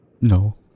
No